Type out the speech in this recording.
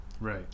right